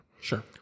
Sure